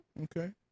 Okay